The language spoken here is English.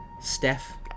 Steph